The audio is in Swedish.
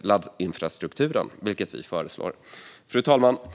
laddinfrastrukturen, vilket vi föreslår. Fru talman!